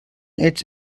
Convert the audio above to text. its